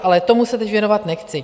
Ale tomu se teď věnovat nechci.